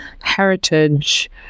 heritage